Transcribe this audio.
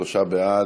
שלושה בעד,